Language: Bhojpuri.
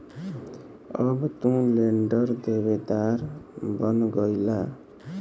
अब तू लेंडर देवेदार बन गईला